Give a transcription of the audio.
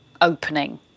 opening